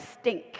stink